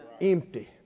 Empty